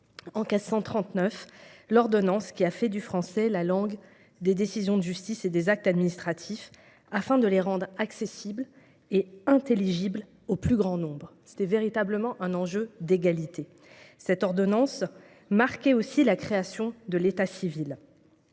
en 1539, l’ordonnance qui a fait du français la langue des décisions de justice et des actes administratifs, afin de les rendre accessibles et intelligibles au plus grand nombre. Le véritable enjeu était alors bien celui de l’égalité ; cette ordonnance marquait aussi la création de l’état civil.